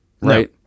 right